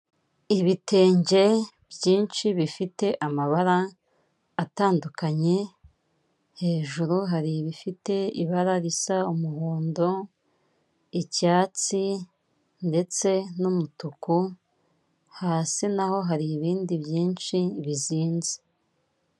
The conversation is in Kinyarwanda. Ibitenge byinshi bifite amabara atandukanye, hejuru hari ibifite ibara risa umuhondo, icyatsi ndetse n'umutuku, hasi na ho hari ibindi byinshi bizinze.